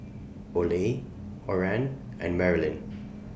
Oley Oran and Marilynn